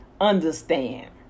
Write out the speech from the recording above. understand